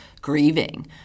grieving